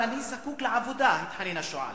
אבל אני זקוק לעבודה, התחנן השועל.